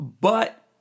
But-